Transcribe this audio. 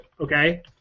okay